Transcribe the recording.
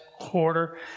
quarter